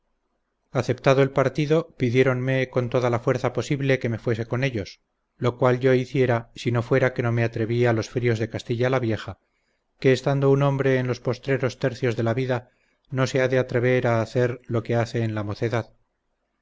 aceptado el partido pidiéronme con toda la fuerza posible que me fuese con ellos lo cual yo hiciera si no fuera que no me atreví a los fríos de castilla la vieja que estando un hombre en los postreros tercios de la vida no se ha de atrever a hacer lo que hace en la mocedad